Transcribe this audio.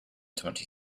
twenty